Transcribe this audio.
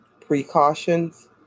precautions